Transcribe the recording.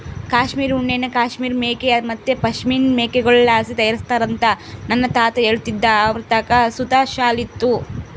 ಕಾಶ್ಮೀರ್ ಉಣ್ಣೆನ ಕಾಶ್ಮೀರ್ ಮೇಕೆ ಮತ್ತೆ ಪಶ್ಮಿನಾ ಮೇಕೆಗುಳ್ಳಾಸಿ ತಯಾರಿಸ್ತಾರಂತ ನನ್ನ ತಾತ ಹೇಳ್ತಿದ್ದ ಅವರತಾಕ ಸುತ ಶಾಲು ಇತ್ತು